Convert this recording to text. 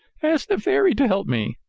ask the fairy to help me!